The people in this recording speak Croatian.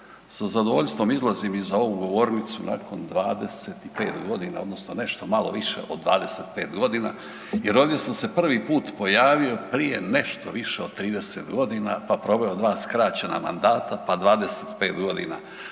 sa zadovoljstvom izlazim i za ovu govornicu nakon 25.g. odnosno nešto malo više od 25.g. jer ovdje sam se prvi put pojavio prije nešto više od 30.g., pa proveo dva skraćena mandata, pa 25.g.